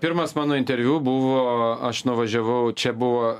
pirmas mano interviu buvo aš nuvažiavau čia buvo